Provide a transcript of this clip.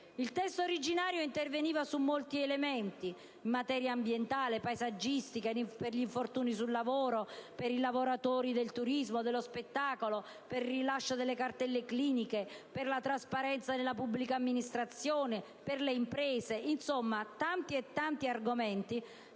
Il testo originario interveniva in molti comparti: in materia ambientale e paesaggistica (articolo 10), sugli infortuni sul lavoro, per i lavoratori dei settori del turismo e dello spettacolo, sul rilascio delle cartelle cliniche, per la trasparenza nella pubblica amministrazione, per le imprese. Insomma, tanti e tanti argomenti,